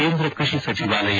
ಕೇಂದ್ರ ಕೃಷಿ ಸಚಿವಾಲಯ